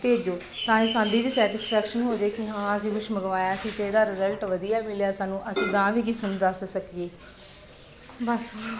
ਭੇਜੋ ਤਾਂ ਇਹ ਸਾਡੀ ਵੀ ਸੈਟੀਸਫੈਕਸ਼ਨ ਹੋ ਜੇ ਕਿ ਹਾਂ ਅਸੀਂ ਕੁਛ ਮੰਗਵਾਇਆ ਸੀ ਅਤੇ ਇਹਦਾ ਰਿਜ਼ਲਟ ਵਧੀਆ ਮਿਲਿਆ ਸਾਨੂੰ ਅਸੀਂ ਅਗਾਂਹ ਵੀ ਕਿਸੇ ਨੂੰ ਦੱਸ ਸਕੀਏ ਬਸ